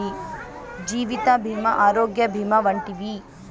జీవిత భీమా ఆరోగ్య భీమా వంటివి